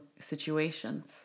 situations